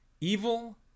Evil